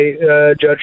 Judge